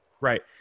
right